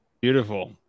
Beautiful